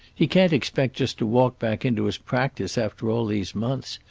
he can't expect just to walk back into his practise after all these months,